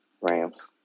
Rams